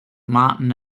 martin